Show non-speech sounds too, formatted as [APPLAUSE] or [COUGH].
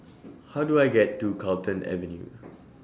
[NOISE] How Do I get to Carlton Avenue